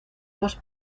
dos